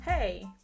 Hey